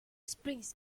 springs